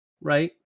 right